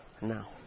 now